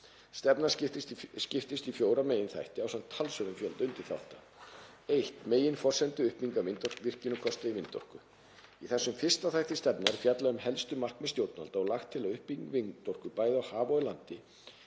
Stefnan skiptist í fjóra meginþætti ásamt talsverðum fjölda undirþátta: 1. Meginforsendur uppbyggingar virkjunarkosta í vindorku. Í þessum fyrsta þætti stefnunnar er fjallað um helstu markmið stjórnvalda og lagt til að uppbygging vindorku, bæði á hafi og á landi